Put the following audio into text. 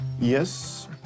Yes